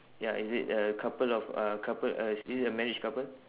ya is it a couple of uh couple uh is is it a marriage couple